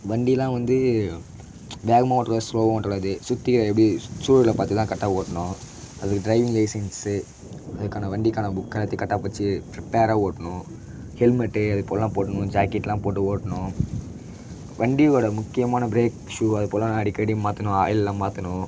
வண்டிலாம் வந்து வேகமாகவும் ஓட்டக்கூடாது ஸ்லோவாகவும் ஓட்டக்கூடாது சுற்றி எப்படி சூழலல பார்த்து தான் கரெக்டாக ஓடணும் அதுக்கு ட்ரைவிங் லைசென்ஸு அதுக்கான வண்டிக்கான புக் எல்லாத்தையும் கரெக்டாக வச்சி ப்ரிப்பேராக ஓடணும் ஹெல்மெட்டு அதேபோலலாம் போட்டுக்கணும் ஜாக்கெட்லாம் போட்டு ஓடணும் வண்டியோட முக்கியமான பிரேக் ஷூ அது போலலாம் அடிக்கடி மாற்றணும் ஆயில்லாம் மாற்றணும்